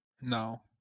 no